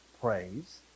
praise